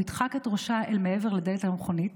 הוא ידחק את ראשה אל מעבר לדלת המכונית